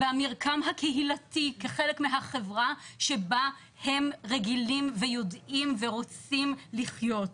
והמרקם הקהילתי כחלק מהחברה שבה הם רגילים ויודעים ורוצים לחיות.